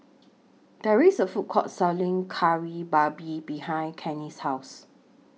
There IS A Food Court Selling Kari Babi behind Kenny's House